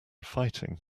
fighting